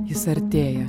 jis artėja